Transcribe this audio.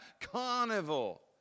carnival